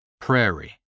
prairie